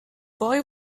boy